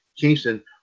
Kingston